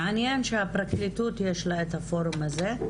מעניין שהפרקליטות יש לה את הפורום הזה.